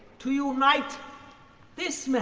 to unite this man,